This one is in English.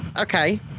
okay